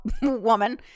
woman